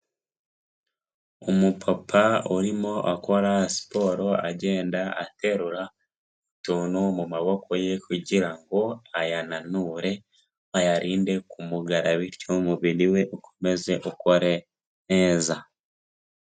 Umupapa urimo akora siporo, agenda aterura utuntu mu maboko ye, kugira ngo ayananure ayarinde kumugara bityo umubiri we ukomeze ukore neza.